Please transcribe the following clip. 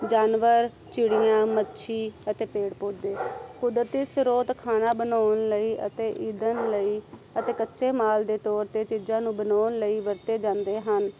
ਜਾਨਵਰ ਚਿੜੀਆਂ ਮੱਛੀ ਅਤੇ ਪੇੜ ਪੌਦੇ ਕੁਦਰਤੀ ਸਰੋਤ ਖਾਣਾ ਬਣਾਉਣ ਲਈ ਅਤੇ ਈਧਨ ਲਈ ਅਤੇ ਕੱਚੇ ਮਾਲ ਦੇ ਤੌਰ 'ਤੇ ਚੀਜ਼ਾਂ ਨੂੰ ਬਣਾਉਣ ਲਈ ਵਰਤੇ ਜਾਂਦੇ ਹਨ